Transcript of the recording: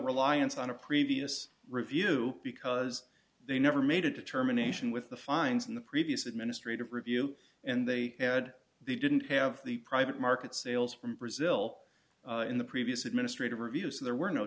reliance on a previous review because they never made a determination with the fines in the previous administrative review and they had they didn't have the private market sales from brazil in the previous administrative review so there were no